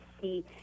see